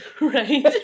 Right